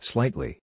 Slightly